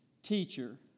Teacher